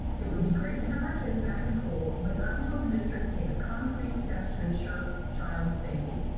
it would be great to have our kids back in school, but not until the district takes concrete steps to ensure child safety.